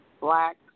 Black